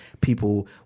people